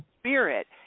spirit